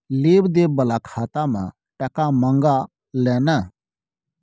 लेब देब बला खाता मे टका मँगा लय ना